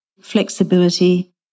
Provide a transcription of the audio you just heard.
flexibility